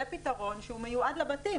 זה פתרון שהוא מיועד לבתים,